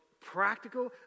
practical